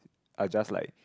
I'll just like